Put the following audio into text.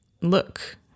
look